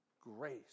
grace